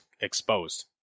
exposed